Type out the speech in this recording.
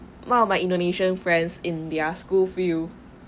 one of my indonesian friends in their school field